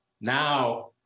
Now